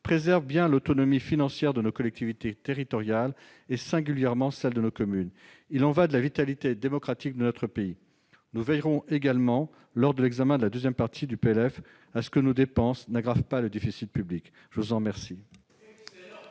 préserve effectivement l'autonomie financière de nos collectivités territoriales, singulièrement celle de nos communes. Il y va de la vitalité démocratique de notre pays. Nous veillerons également, lors de l'examen de la deuxième partie du PLF, à ce que les dépenses n'aggravent pas le déficit public. Excellent